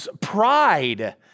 pride